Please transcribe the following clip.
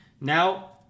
Now